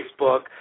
Facebook